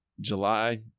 july